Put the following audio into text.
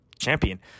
champion